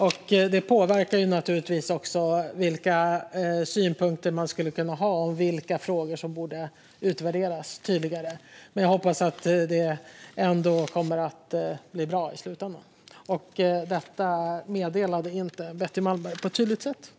Det här påverkar naturligtvis vilka synpunkter man skulle kunna ha och vilka frågor som borde utvärderas noggrannare. Jag hoppas dock att det kommer att bli bra i slutändan. Betty Malmberg framförde inte allt detta på ett tydligt sätt.